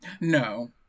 No